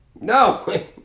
No